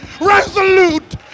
resolute